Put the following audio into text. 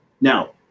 now